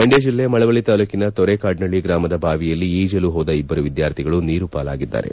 ಮಂಡ್ಕ ಜಿಲ್ಲೆ ಮಳವಳ್ಳಿ ತಾಲ್ಲೂಕಿನ ತೊರೆಕಾಡನಹಳ್ಳಿ ಗ್ರಾಮದ ಬಾವಿಯಲ್ಲಿ ಈಜಲು ಹೋದ ಇಬ್ಬರು ವಿದ್ವಾರ್ಥಿಗಳು ನೀರು ಪಾಲಾಗಿದ್ದಾರೆ